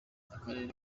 akarere